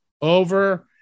over